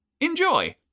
Enjoy